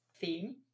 theme